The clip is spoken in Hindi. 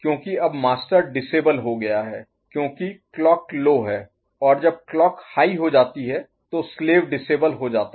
क्योंकि अब मास्टर डिसेबल हो गया है क्योंकि क्लॉक लो है और जब क्लॉक हाई हो जाती है तो स्लेव डिसेबल हो जाता है